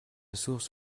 source